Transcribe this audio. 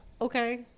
Okay